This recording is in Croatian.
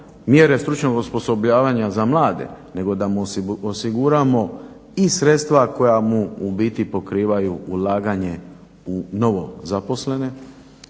mjere stručnog osposobljavanja za mlade nego da mu osiguramo i sredstva koja mu u biti pokrivaju ulaganje u novozaposlene.